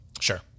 Sure